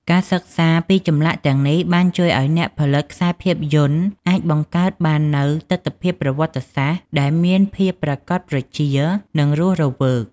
ការសិក្សាពីចម្លាក់ទាំងនេះបានជួយឲ្យអ្នកផលិតខ្សែភាពយន្តអាចបង្កើតបាននូវទិដ្ឋភាពប្រវត្តិសាស្ត្រដែលមានភាពប្រាកដប្រជា និងរស់រវើក។